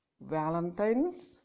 valentine's